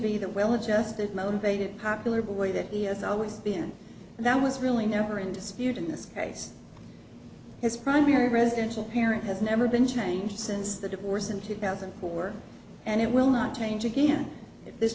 be the well adjusted motivated popular boy that he has always been and that was really never in dispute in this case his primary residential parent has never been changed since the divorce in two thousand and four and it will not change again i